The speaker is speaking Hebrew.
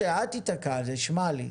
משה אל תיתקע על זה, שמע לי.